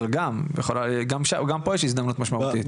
אבל גם פה יש הזדמנות משמעותית.